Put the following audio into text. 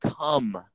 come